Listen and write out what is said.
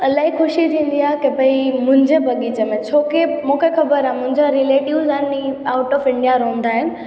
इलाही ख़ुशी थींदी आहे की भई मुंहिंजे बग़ीचे में छोकी मूंखे ख़बरु आहे मुंहिंजा रिलेटिव यानी आउट ऑफ इंडिया रहंदा आहिनि